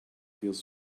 feels